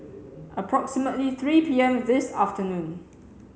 approximately three P M this afternoon